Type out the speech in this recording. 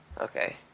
Okay